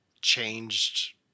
changed